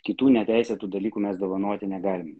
kitų neteisėtų dalykų mes dovanoti negalime